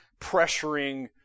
pressuring